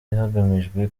hagamijwe